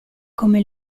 come